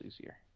easier